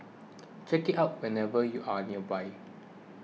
check it out whenever you are nearby